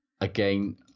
again